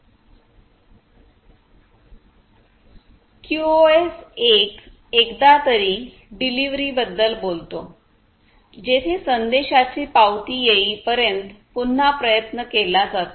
QoS १ एकदा तरी डिलिव्हरीबद्दल बोलतो जेथे संदेशाची पावती येईपर्यंत पुन्हा प्रयत्न केला जातो